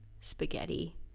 spaghetti